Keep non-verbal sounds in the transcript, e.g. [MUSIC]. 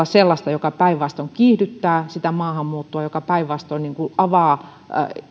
[UNINTELLIGIBLE] sellaista joka päinvastoin kiihdyttää sitä maahanmuuttoa ja joka päinvastoin avaa